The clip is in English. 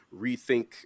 rethink